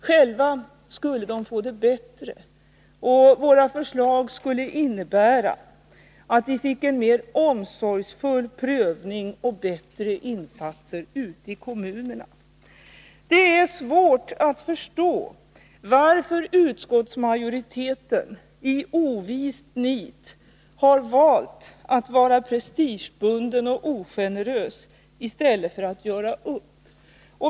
Själva skulle de få det bättre, och våra förslag skulle innebära att det blev en mera omsorgsfull prövning och bättre insatser ute i kommunerna. Det är svårt att förstå varför utskottsmajorieten i ovist nit har valt att vara prestigebunden och ogenerös i stället för att göra upp.